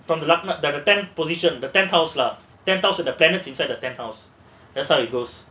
from the லக்கினம்:lakkinam the tenth position the penthouse lah ten that's how it goes